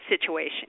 situation